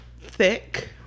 thick